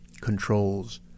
controls